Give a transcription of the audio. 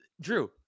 Drew